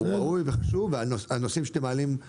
הוא ראוי וחשוב, והנושאים שאתם מעלים הם ראויים.